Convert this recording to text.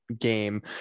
game